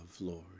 Lord